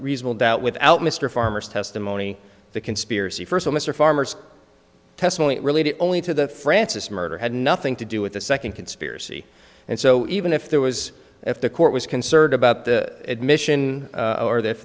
reasonable doubt without mr farmer's testimony the conspiracy first mr farmer's testament related only to the francis murder had nothing to do with the second conspiracy and so even if there was if the court was concerned about the admission or th